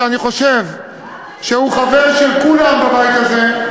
שאני חושב שהוא חבר של כולם בבית הזה,